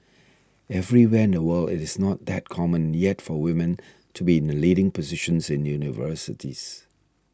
everywhere in the world it is not that common yet for women to be in the leading positions in universities